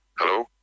Hello